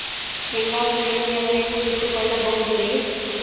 ಶೇಂಗಾವನ್ನು ಎಲ್ಲಿಯವರೆಗೂ ಇಟ್ಟು ಕೊಳ್ಳಬಹುದು ರೇ?